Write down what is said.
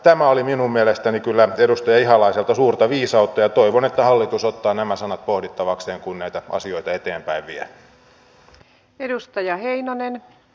tämä oli minun mielestäni kyllä edustaja ihalaiselta suurta viisautta ja toivon että hallitus ottaa nämä sanat pohdittavakseen kun näitä asioita eteenpäin vie